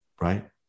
right